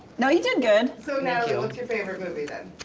no you did good! so natalie, what's your favorite movie then?